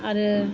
आरो